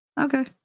Okay